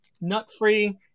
nut-free